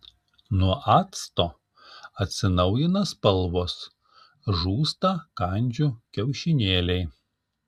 nuo acto atsinaujina spalvos žūsta kandžių kiaušinėliai